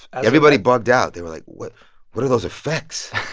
everybody bugged out. they were like, what what are those effects?